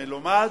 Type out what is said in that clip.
המלומד